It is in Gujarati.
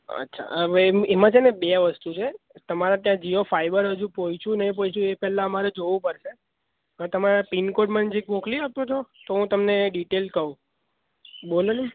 અચ્છા ભાઈ એમાં છે ને બે વસ્તુ છે તમારા ત્યાં જીઓ ફાઈબર હજું પહોંચ્યું નથી પહોંચ્યું એ પહેલાં અમારે જોવું પડશે તો તમારા પિન કોડ મને જરીક મોકલી આપો છો તો હું તમને ડિટેલ કહું બોલો ને